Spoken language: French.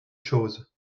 chose